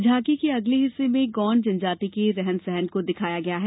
झांकी के अगले हिस्से में गाँड जनजाति के रहन सहन को दिखाया गया है